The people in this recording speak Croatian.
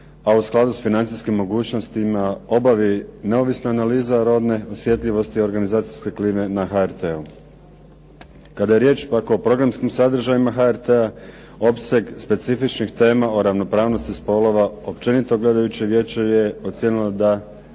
a u skladu s financijskim mogućnostima obavi neovisna analiza rodne osjetljivost i organizacijske klime na HRT-u. Kada je riječ pak o programskim sadržajima HRT-a opseg specifičnih tema o ravnopravnosti spolova općenito gledajući vijeće je ocijenilo da